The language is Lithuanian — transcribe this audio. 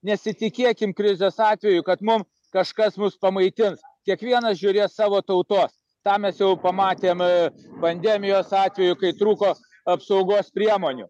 nesitikėkim krizės atveju kad mum kažkas mus pamaitins kiekvienas žiūrės savo tautos tą mes jau pamatėm pandemijos atveju kai trūko apsaugos priemonių